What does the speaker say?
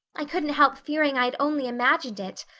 i couldn't help fearing i'd only imagined it.